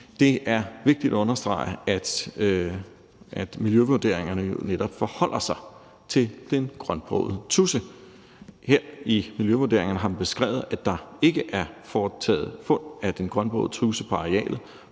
Det er vigtigt at understrege, at miljøvurderingerne netop forholder sig til den grønbrogede tudse. I miljøvurderingerne har man beskrevet, at der ikke er foretaget fund af den grønbrogede tudse på arealet,